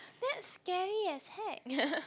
that's scary as heck